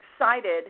excited